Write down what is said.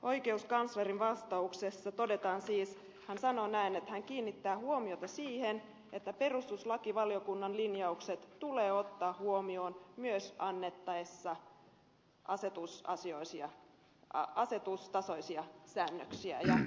oikeuskanslerin vastauksessa todetaan siis että hän kiinnittää huomiota siihen että perustuslakivaliokunnan linjaukset tulee ottaa huomioon myös annettaessa asetustasoisia säännöksiä